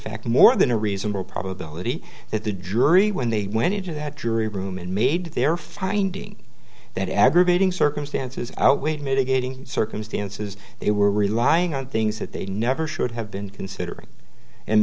fact more than a reasonable probability that the jury when they went into that jury room and made their finding that aggravating circumstances outweighed mitigating circumstances they were relying on things that they never should have been considering and